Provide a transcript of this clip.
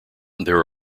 there